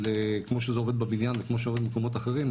כמו שזה עובד בבניין וכמו שזה עובד במקומות אחרים,